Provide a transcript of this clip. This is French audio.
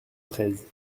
treize